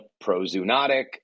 pro-zoonotic